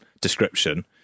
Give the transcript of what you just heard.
description